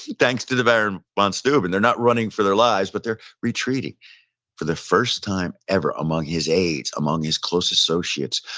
thanks to the baron von steuben. they're not running for the lives, but they're retreating for the first time ever among his aides, among his close associates,